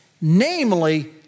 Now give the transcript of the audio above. namely